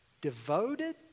devoted